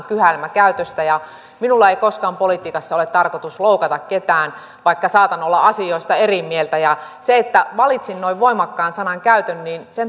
kyhäelmä käytöstä minulla ei koskaan politiikassa ole tarkoitus loukata ketään vaikka saatan olla asioista eri mieltä sen taustalla että valitsin noin voimakkaan sanan käytön